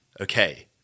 okay